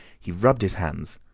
he rubbed his hands,